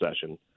session